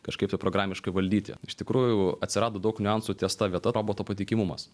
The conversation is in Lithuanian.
kažkaip tai programiškai valdyti iš tikrųjų atsirado daug niuansų ties ta vieta roboto patikimumas